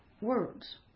words